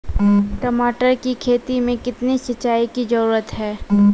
टमाटर की खेती मे कितने सिंचाई की जरूरत हैं?